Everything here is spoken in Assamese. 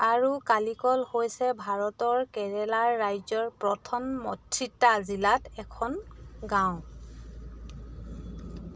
আৰু কালিকল হৈছে ভাৰতৰ কেৰালা ৰাজ্যৰ প্ৰথনমছিট্টা জিলাত থকা এখন গাওঁ